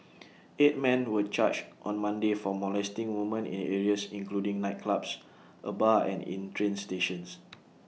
eight men were charged on Monday for molesting woman in areas including nightclubs A bar and in train stations